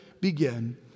Begin